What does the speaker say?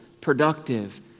productive